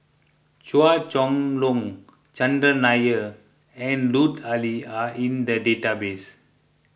Chua Chong Long Chandran Nair and Lut Ali are in the database